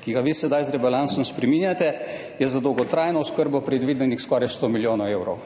ki ga vi sedaj z rebalansom spreminjate, je za dolgotrajno oskrbo predvidenih skoraj 100 milijonov evrov.